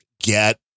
get